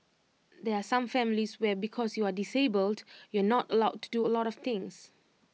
there are some families where because you are disabled you are not allowed to do A lot of things